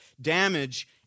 damage